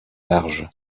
large